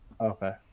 Okay